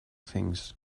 things